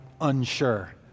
unsure